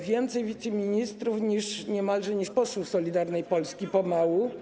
więcej wiceministrów niemalże niż posłów Solidarnej Polski pomału.